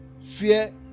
fear